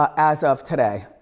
ah as of today.